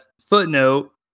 footnote